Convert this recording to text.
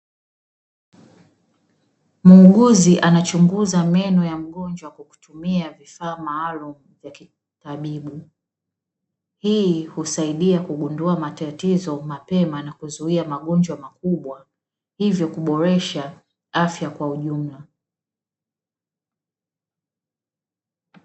Muuguzi anachunguza meno ya mgonjwa kwa kutumia vifaa maalumu ya kitabibu. Hii husaidia kugundua matatizo mapema na magonjwa makubwa, hivyo kuboresha afya kwa ujumla.